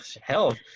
Hell